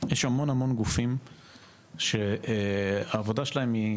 יש המון המון גופים שהעבודה שלהם היא